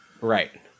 Right